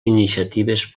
iniciatives